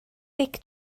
dic